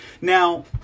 Now